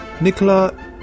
nicola